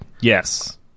Yes